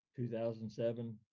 2007